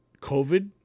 COVID